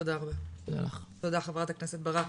תודה רבה חברת הכנסת ברק.